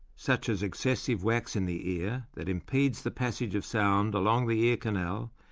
such as excessive wax in the ear, that impedes the passage of sound along the ear canal,